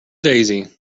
daisy